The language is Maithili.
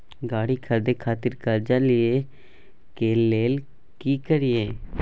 गाड़ी खरीदे खातिर कर्जा लिए के लेल की करिए?